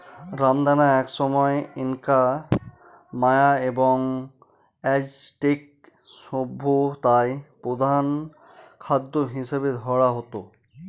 রামদানা একসময় Inca, Maya এবং অ্যাজটেক সভ্যতায় প্রধান খাদ্য হিসাবে ধরা হত